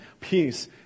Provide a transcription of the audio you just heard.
peace